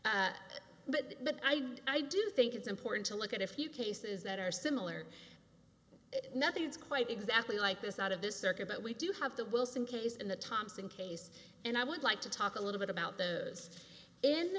but i do think it's important to look at a few cases that are similar nothing's quite exactly like this out of this circuit but we do have the wilson case and the thompson case and i would like to talk a little bit about the in